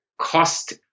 cost